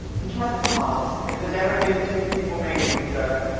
he tries his hardest. if there's ever been two people made for each other,